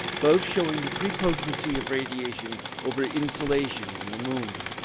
both showing the prepotency of radiation over insolation on the moon.